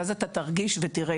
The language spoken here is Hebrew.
ואז אתה תרגיש ותראה.